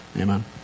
Amen